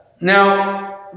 Now